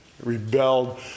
rebelled